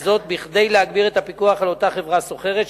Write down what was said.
וזאת כדי להגביר את הפיקוח על אותה חברה סוחרת,